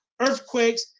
earthquakes